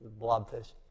blobfish